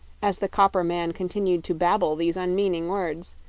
as the copper man continued to babble these unmeaning words,